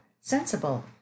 sensible